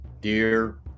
Dear